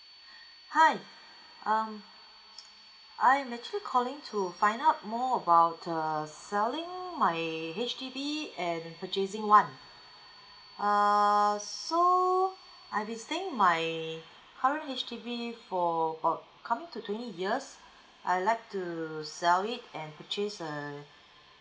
hi um I'm actually calling to find out more about err selling my H_D_B and purchasing one err so uh I've been staying my current H_D_B for about coming to twenty years I'd like to sell it and purchase a